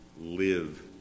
live